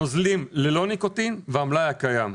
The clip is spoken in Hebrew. הנוזלים ללא ניקוטין והמלאי הקיים.